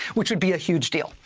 which would be a huge deal.